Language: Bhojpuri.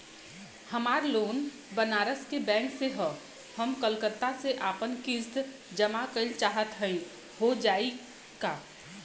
हमार लोन बनारस के बैंक से ह हम कलकत्ता से आपन किस्त जमा कइल चाहत हई हो जाई का?